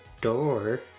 door